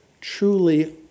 truly